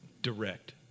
direct